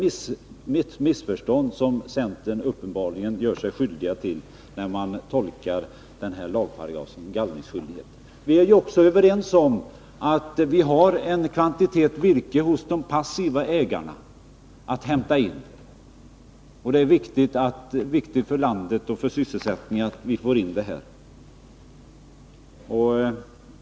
Centern gör sig uppenbarligen skyldig till en missuppfattning vid tolkningen av paragrafen om gallringsskyldighet. Vi är också överens om att det finns en kvantitet virke att hämta in hos de passiva skogsägarna och att det är viktigt för landet och sysselsättningen att det virket avverkas.